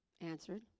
answered